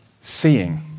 seeing